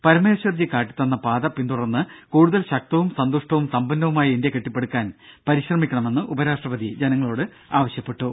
പരമേശ്വർജി കാട്ടി തന്ന പാത പിന്തുടർന്ന് കൂടുതൽ ശക്തവും സന്തുഷ്ടവും സമ്പന്നവുമായ ഇന്ത്യ കെട്ടിപ്പടുക്കാൻ പരിശ്രമിക്കണമെന്ന് ഉപരാഷ്ട്രപതി ജനങ്ങളോട് ആവശ്യപ്പെട്ടു